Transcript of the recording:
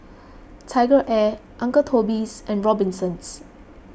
TigerAir Uncle Toby's and Robinsons